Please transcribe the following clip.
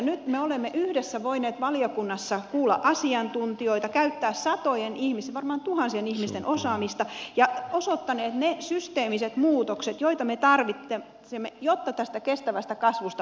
nyt me olemme yhdessä voineet valiokunnassa kuulla asiantuntijoita käyttää satojen ihmisten varmaan tuhansien ihmisten osaamista ja osoittaneet ne systeemiset muutokset joita me tarvitsemme jotta tästä kestävästä kasvusta tulisi totta